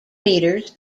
metres